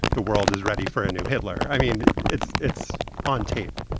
the world is ready for a new hitler i mean, it's it's on tape,